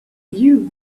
you